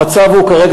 המצב כרגע,